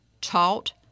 taught